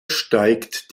steigt